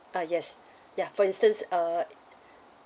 ah yes ya for instance uh